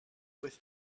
with